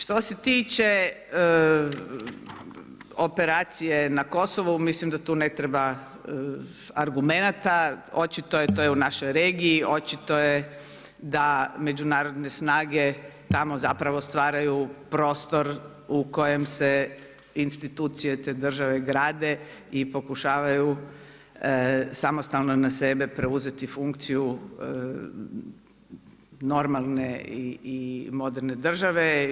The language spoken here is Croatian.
Što se tiče operacije na Kosovu, mislim da tu nema argumenata, očito je, to je u našoj regiji, očito je da međunarodne snage tamo zapravo stvaraju prostor u kojem se institucije te države grade i pokušavaju samostalno na sebe preuzeti funkciju normalne i moderne države.